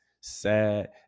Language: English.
sad